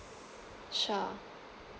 sure